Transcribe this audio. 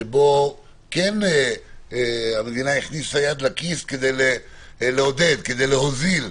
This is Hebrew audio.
שבו המדינה הכניסה יד לכיס כדי לעודד, כדי להוזיל,